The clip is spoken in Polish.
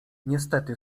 niestety